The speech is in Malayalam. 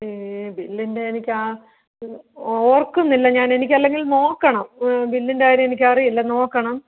ഏ ബില്ലിൻ്റെ എനിക്ക് ഓർക്കുന്നില്ല ഞാൻ എനിക്ക് അല്ലെങ്കിൽ നോക്കണം ബില്ലിൻ്റെ കാര്യം എനിക്കറിയില്ല നോക്കണം